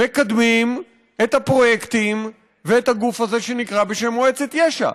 מקדמים את הפרויקטים ואת הגוף הזה שנקרא בשם מועצת יש"ע,